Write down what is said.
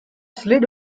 slid